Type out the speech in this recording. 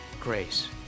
grace